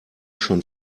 schon